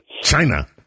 China